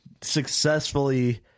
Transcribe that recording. successfully